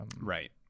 right